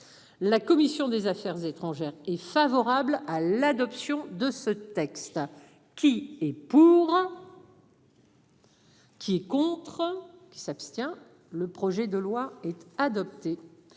La commission des Affaires étrangères est favorable. À l'adoption de ce texte qui est. Pour. Qui est contre qui s'abstient. Le projet de loi est adopté.